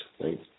right